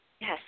yes